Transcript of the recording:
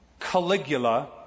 Caligula